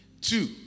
Two